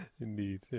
Indeed